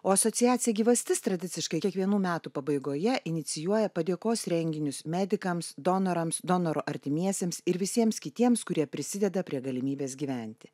o asociacija gyvastis tradiciškai kiekvienų metų pabaigoje inicijuoja padėkos renginius medikams donorams donoro artimiesiems ir visiems kitiems kurie prisideda prie galimybės gyventi